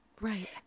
Right